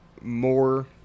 more –